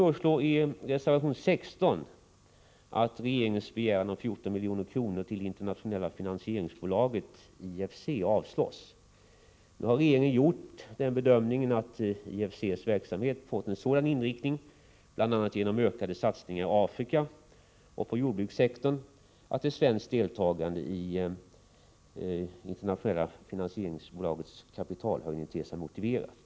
Regeringen har gjort bedömningen att IFC:s verksamhet fått en sådan inriktning, bl.a. genom ökade satsningar i Afrika och på jordbrukssektorn, att ett svenskt deltagande i internationella finansieringsbolagets kapitalhöjning ter sig motiverat.